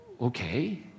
Okay